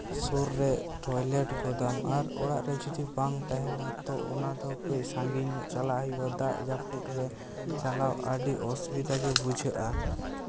ᱥᱩᱨ ᱨᱮ ᱴᱚᱭᱞᱮᱹᱴ ᱜᱚᱫᱟᱢ ᱟᱨ ᱚᱲᱟᱜ ᱨᱮ ᱡᱩᱫᱤ ᱵᱟᱝ ᱛᱟᱦᱮᱸᱱᱟ ᱛᱳ ᱚᱱᱟ ᱫᱚ ᱠᱟᱹᱪ ᱥᱟᱺᱜᱤᱧ ᱧᱚᱜ ᱪᱟᱞᱟᱜ ᱦᱩᱭᱩᱜᱼᱟ ᱫᱟᱜ ᱡᱟᱹᱯᱩᱫ ᱨᱮ ᱪᱟᱞᱟᱣ ᱟᱹᱰᱤ ᱚᱥᱩᱵᱤᱫᱷᱟ ᱜᱮ ᱵᱩᱡᱷᱟᱹᱜᱼᱟ